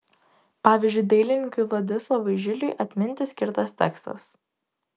pavyzdžiui dailininkui vladislovui žiliui atminti skirtas tekstas